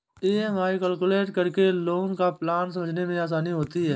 EMI calculate करके loan का plan समझने में आसानी होती है